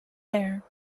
there